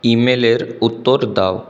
ইমেলের উত্তর দাও